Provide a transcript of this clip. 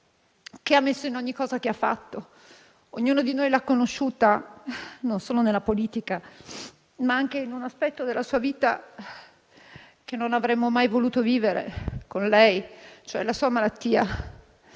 che ha messo in ogni cosa che ha fatto. Ognuno di noi l'ha conosciuta, non solo in politica, ma anche in un aspetto della sua vita, che non avremmo mai voluto vivere con lei, cioè la sua malattia.